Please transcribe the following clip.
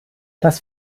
das